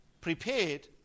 prepared